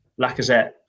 Lacazette